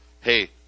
hey